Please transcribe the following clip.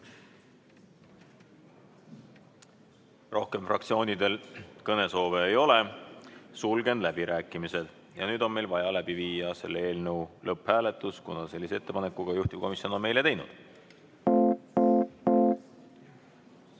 Rohkem fraktsioonidel kõnesoove ei ole. Sulgen läbirääkimised. Nüüd on meil vaja läbi viia selle eelnõu lõpphääletus, kuna sellise ettepaneku juhtivkomisjon on meile teinud.